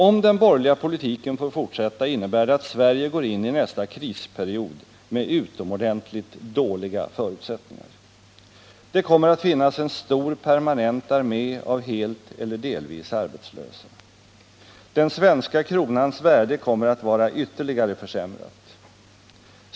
Om den borgerliga politiken får fortsätta innebär det att Sverige går in i nästa krisperiod med utomordentligt dåliga förutsättningar. Det kommer att finnas en stor permanent armé av helt eller delvis arbetslösa. Den svenska kronans värde kommer att vara ytterligare försämrat.